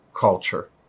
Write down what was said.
culture